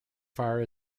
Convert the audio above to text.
far